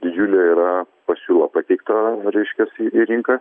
didžiulė yra pasiūla pateikta reiškiasi į rinką